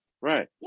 Right